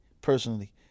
Personally